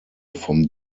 vom